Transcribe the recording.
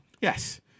Yes